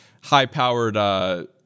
high-powered